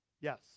Yes